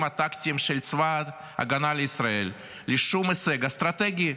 הטקטיים של צבא ההגנה לישראל לשום הישג אסטרטגי,